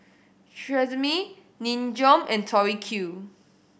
Tresemme Nin Jiom and Tori Q